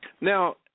Now